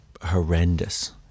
horrendous